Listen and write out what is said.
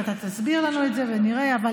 תכף אתה תסביר לנו את זה ונראה, אבל